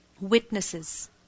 Witnesses